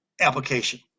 application